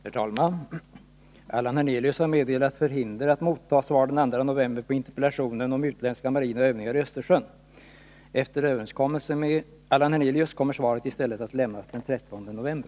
Herr talman! Allan Hernelius har meddelat förhinder att motta svar den 2 november på interpellationen om utländska marina övningar i Östersjön. Efter överenskommelse med Allan Hernelius kommer svaret i stället att lämnas den 13 november.